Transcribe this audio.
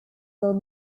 will